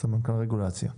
סמנכ"לית רגולציה.